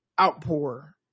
outpour